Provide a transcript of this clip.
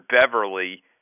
Beverly